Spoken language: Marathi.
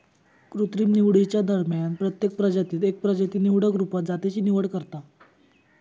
कृत्रिम निवडीच्या दरम्यान प्रत्येक प्रजातीत एक प्रजाती निवडक रुपात जातीची निवड करता